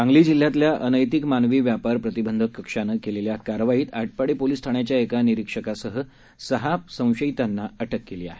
सांगली जिल्ह्यातल्या अनैतिक मानवी व्यापार प्रतिबंधक कक्षानं केलेल्या कारवाईत आटपाडी पोलीस ठाण्याच्या एका निरीक्षकासह सहा संशयितांना अटक केली आहे